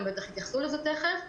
הם בטח יתייחסו לזה תכף,